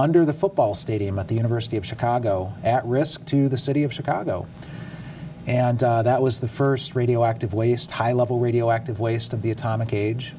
under the football stadium at the university of chicago at risk to the city of chicago and that was the first radioactive waste high level radioactive waste of the atomic age